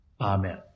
Amen